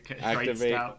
Activate